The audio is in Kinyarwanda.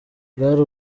bwari